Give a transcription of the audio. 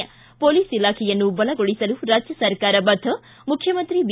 ಿ ಮೊಲೀಸ್ ಇಲಾಖೆಯನ್ನು ಬಲಗೊಳಿಸಲು ರಾಜ್ಯ ಸರ್ಕಾರ ಬದ್ದ ಮುಖ್ಯಮಂತ್ರಿ ಬಿ